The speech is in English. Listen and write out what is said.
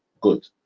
good